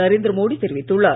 Narendra Modi தொிவித்துள்ளார்